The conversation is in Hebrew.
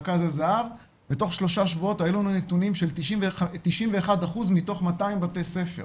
רכז הזה"ב ותוך שלושה שבועות היו לנו נתונים של 91% מתוך 200 בתי ספר.